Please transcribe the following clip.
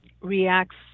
reacts